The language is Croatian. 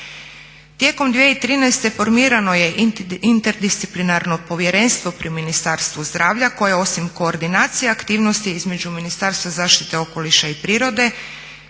Tijekom 2013.formirano je Interdisciplinarno povjerenstvo pri Ministarstvu zdravlja koje osim koordinacija aktivnosti između Ministarstva zaštite okoliša i prirode